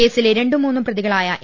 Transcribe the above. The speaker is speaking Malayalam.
കേസിലെ രണ്ടുംമൂന്നും പ്രതികളായ എ